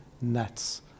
nuts